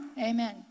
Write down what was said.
Amen